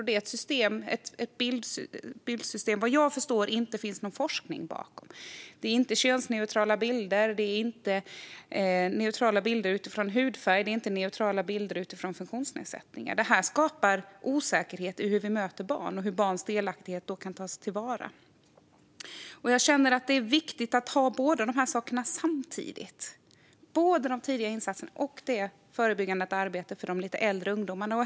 Det är ett bildsystem som det, vad jag förstår, inte finns någon forskning bakom. Det är inte könsneutrala bilder eller neutrala bilder utifrån hudfärg eller funktionsnedsättningar. Det skapar osäkerhet i fråga om hur vi möter barn och hur barns delaktighet kan tas till vara. Det är viktigt att ha båda sakerna samtidigt, de tidiga insatserna och det förebyggande arbetet för de lite äldre ungdomarna.